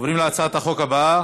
עוברים להצעת החוק הבאה: